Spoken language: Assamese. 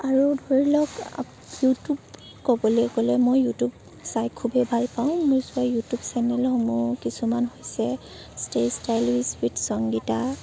আৰু ধৰিলওক ইউটিউব ক'বলে গ'লে মই ইউটিউব চাই খুবেই ভাল পাওঁ মই চোৱা ইউটিউব চেনেলসমূহ কিছুমান হৈছে ষ্টে ষ্টাইলিছ উইথ সংগীতা